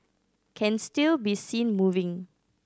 can still be seen moving